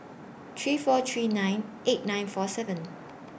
three four three nine eight nine four seven